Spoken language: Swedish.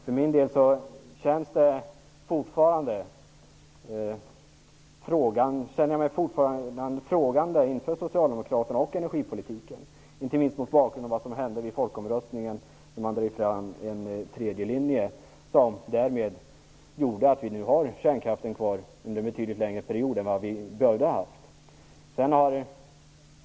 För min del känner jag mig fortfarande frågande inför Socialdemokraternas energipolitik, inte minst mot bakgrund av vad som hände vid folkomröstningen där de drev fram en tredje linje. Därmed har vi kärnkraften kvar under en betydligt längre period än vad som hade behövts.